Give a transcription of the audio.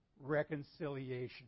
reconciliation